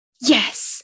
yes